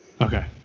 okay